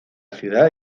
ciudad